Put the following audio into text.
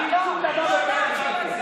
מדבר על ניצולי שואה,